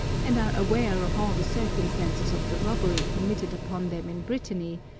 and are aware of all the circumstances of the robbery committed upon them in brittany,